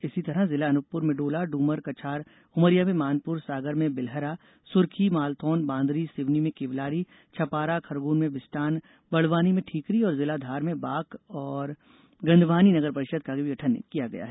इसी तरह जिला अनूपपुर में डोला ड्रमर कछार उमरिया में मानपुर सागर में बिलहरा सुर्खी मालथौन बांदरी सिवनी में केवलारी छपारा खरगोन में बिस्टान बड़वानी में ठीकरी और जिला धार में बाग और गंधवानी नगर परिषद का भी गठन किया गया है